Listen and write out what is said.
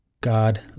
God